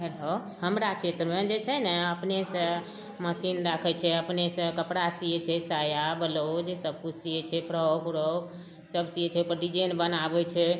hello हमरा छेत्रमे जे छै ने अपनेसॅं मशीन राखै छै अपनेसॅं कपड़ा सीयै छै साया बलाउज सबकिछु सीयै छै फ्रॉक उरौक सब सीयै छै ओहिपर डिजाइन बनाबै छै